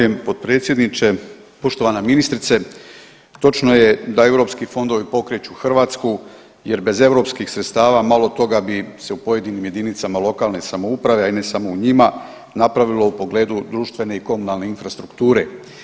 Zahvaljujem potpredsjedniče, poštovana ministrice, točno je da EU fondovi pokreću Hrvatsku jer bez EU sredstava malo toga bi se u pojedinim jedinicama lokalne samouprave, a i ne samo u njima napravilo u pogledu društvene i komunalne infrastrukture.